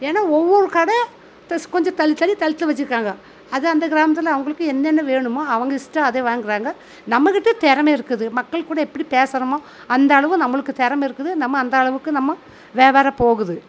ஏன்னா ஒவ்வொரு கடை கொஞ்சம் தள்ளி தள்ளி தள்ளி தான் வச்சிருக்காங்க அது அந்த கிராமத்தில் அவங்களுக்கு என்னென்ன வேணுமோ அவங்க இஷ்டம் அதை வாங்குகிறாங்க நம்மகிட்ட திறம இருக்குது மக்கள் கூட எப்படி பேசுறோமோ அந்த அளவு நம்மளுக்கு திறம இருக்குது நம்ம அந்த அளவுக்கு நம்ம வியாபாரம் போகுது